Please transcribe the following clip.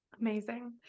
Amazing